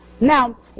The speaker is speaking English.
Now